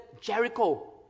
Jericho